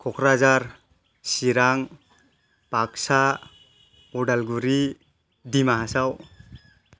Kokrajhar Chirang Baksa Udalguri Dima Hasao